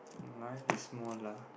life is more lah